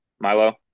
Milo